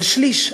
על שליש,